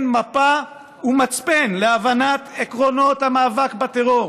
מפה ומצפן להבנת עקרונות המאבק בטרור.